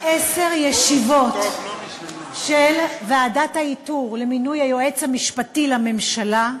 מעל עשר ישיבות של ועדת האיתור למינוי היועץ המשפטי לממשלה,